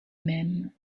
même